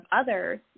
others